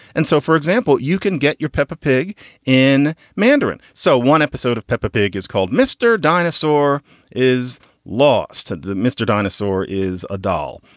and so, for example, you can get your peppa pig in mandarin. so one episode of peppa pig is called mr dinosaur is lost to the mr dinosaur is a doll.